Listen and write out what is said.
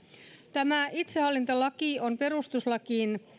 tämä itsehallintolaki on perustuslaille